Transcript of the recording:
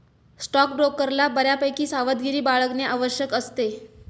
स्टॉकब्रोकरला बऱ्यापैकी सावधगिरी बाळगणे आवश्यक असते